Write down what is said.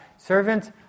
Servants